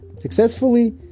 Successfully